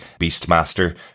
Beastmaster